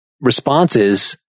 responses